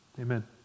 amen